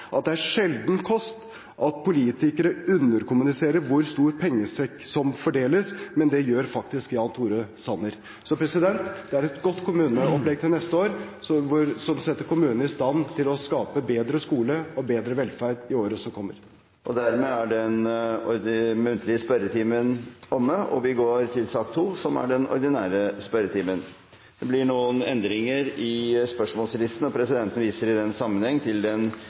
er sjelden kost at politikere underkommuniserer hvor store pengesekker som fordeles, men det gjør faktisk Jan Tore Sanner.» Det er et godt kommuneopplegg for neste år som setter kommunene i stand til å skape bedre skole og bedre velferd i året som kommer. Vi er da ferdige med den muntlige spørretimen, og vi går videre til den ordinære spørretimen. Det blir noen endringer i den oppsatte spørsmålslisten. Presidenten viser i den sammenheng til den